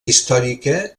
històrica